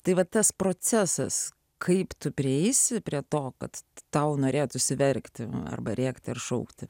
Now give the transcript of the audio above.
tai vat tas procesas kaip tu prieisi prie to kad tau norėtųsi verkti arba rėkti ar šaukti